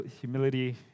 humility